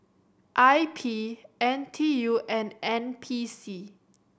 I P N T U and N P C